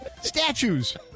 Statues